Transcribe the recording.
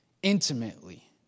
Intimately